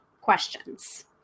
questions